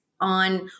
on